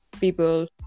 people